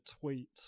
tweet